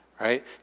right